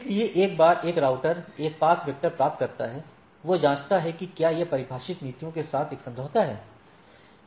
इसलिए एक बार एक राउटर एक पथ वेक्टर प्राप्त करता है यह जांचता है कि क्या यह परिभाषित नीतियों के साथ एक समझौता है